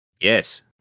Yes